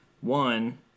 one